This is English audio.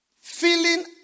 feeling